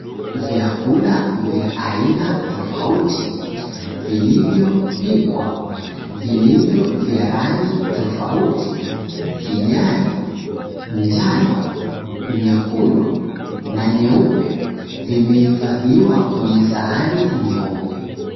Vyakula vya aina tofauti vilivyopikwa vilivyo ya rangi tofauti; kijani, njano, nyekundu, na nyeupe zimehifadiwa kwenye sahani nyeupe.